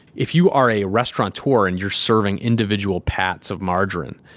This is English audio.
if you are a restaurant tour and you're serving individual parts of margarine,